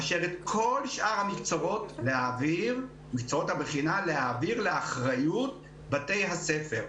כאשר את כל שאר מקצועות הבחינה להעביר לאחריות בתי הספר.